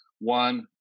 One